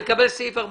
להניח את דעתם,